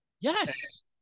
Yes